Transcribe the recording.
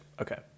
okay